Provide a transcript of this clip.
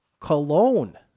Cologne